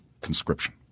conscription